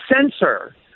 censor